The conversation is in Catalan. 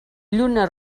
lluna